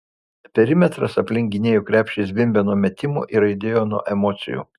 perimetras aplink gynėjų krepšį zvimbė nuo metimų ir aidėjo nuo emocijų